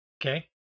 Okay